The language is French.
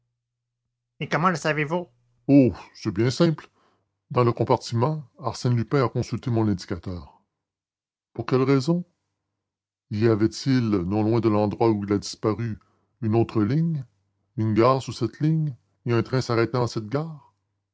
et comment le savez-vous oh c'est bien simple dans le compartiment arsène lupin a consulté mon indicateur pour quelle raison y avait-il non loin de l'endroit où il a disparu une autre ligne une gare sur cette ligne et un train s'arrêtant à cette gare